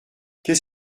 qu’est